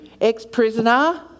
ex-prisoner